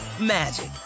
magic